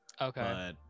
Okay